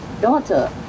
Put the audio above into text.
daughter